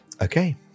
Okay